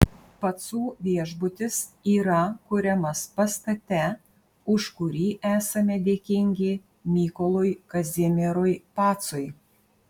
pacų viešbutis yra kuriamas pastate už kurį esame dėkingi mykolui kazimierui pacui